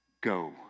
go